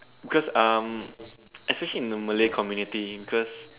because um especially in the Malay community because